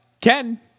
Ken